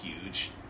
huge